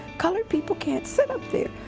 colored people can't sit up there.